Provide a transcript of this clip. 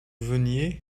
veniez